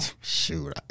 shoot